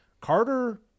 carter